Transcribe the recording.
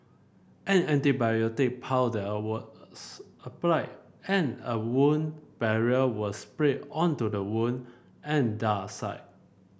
an antibiotic powder was applied and a wound barrier was sprayed onto the wound and dart site